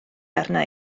arna